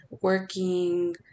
working